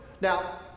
Now